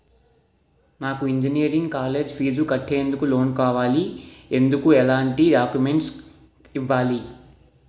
నాకు engineering college fees కట్టేందుకు loan కావాలి, ఎందుకు ఎలాంటి డాక్యుమెంట్స్ ఇవ్వాలి?